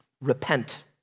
Repent